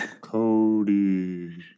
Cody